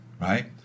right